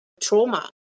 trauma